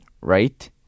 right